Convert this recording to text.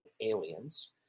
Aliens